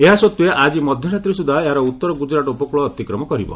ଏହାସତ୍ତ୍ୱେ ଆଜି ମଧ୍ୟରାତ୍ରି ସୁଦ୍ଧା ଏହା ଉତ୍ତର ଗୁଜରାଟ୍ ଉପକୃଳ ଅତିକ୍ରମ କରିବ